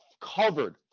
covered